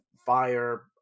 fire